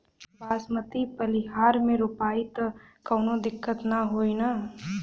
बासमती पलिहर में रोपाई त कवनो दिक्कत ना होई न?